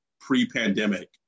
pre-pandemic